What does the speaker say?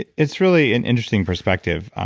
it's really an interesting perspective.